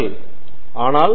பேராசிரியர் அருண் கே